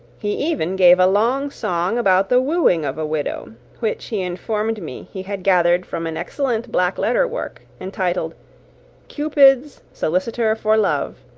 he even gave a long song about the wooing of a widow, which he informed me he had gathered from an excellent black-letter work, entitled cupid's solicitor for love,